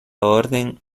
orden